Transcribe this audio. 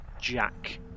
jack